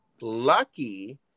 lucky